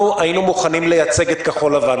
אנחנו היינו מוכנים לייצג את כחול לבן,